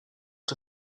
the